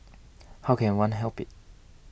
how can one help it